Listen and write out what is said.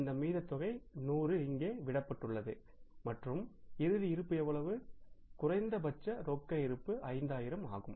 இந்த மீத தொகை 100 இங்கே விடப்பட்டுள்ளது மற்றும் இறுதி இருப்பு எவ்வளவு குறைந்தபட்ச ரொக்க இருப்பு 5000 ஆகும்